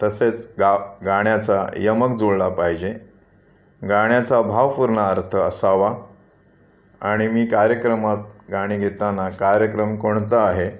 तसेच गा गाण्याचा यमक जुळला पाहिजे गाण्याचा भावपूर्ण अर्थ असावा आणि मी कार्यक्रमात गाणे घेताना कार्यक्रम कोणता आहे